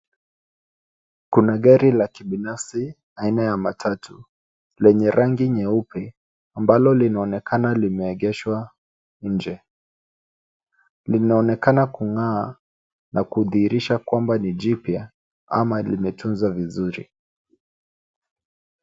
Kuna gari la kibinafsi aina ya matatu lenye rangi nyeupe ambalo linaonekana limeegeshwa nje. Linaonekana kung'aa na kudhihirisha kwamba ni jipya ama limetuzwa vizuri.